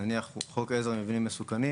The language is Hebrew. נניח חוק עזר (מבנים מסוכנים),